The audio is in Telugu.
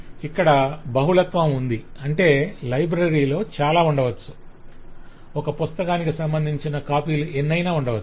ఇక్కడ బహుళత్వం ఉంది అంటే లైబ్రరీలో చాలా ఉండవచ్చు ఒక పుస్తకానికి సంబధించిన కాపీలు ఎన్నయినా ఉండవచ్చు